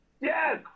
Yes